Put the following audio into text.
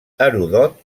heròdot